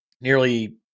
Nearly